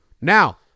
Now